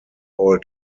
all